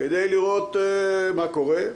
כדי לראות מה קורה,